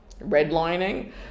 redlining